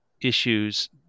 issues